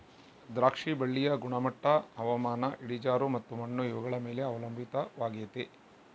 ದ್ರಾಕ್ಷಿ ಬಳ್ಳಿಯ ಗುಣಮಟ್ಟ ಹವಾಮಾನ, ಇಳಿಜಾರು ಮತ್ತು ಮಣ್ಣು ಇವುಗಳ ಮೇಲೆ ಅವಲಂಬಿತವಾಗೆತೆ